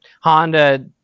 Honda